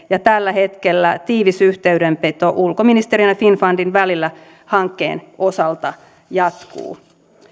tällä hetkellä tiivis yhteydenpito ulkoministeriön ja finnfundin välillä hankkeen osalta jatkuu